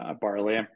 barley